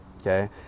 okay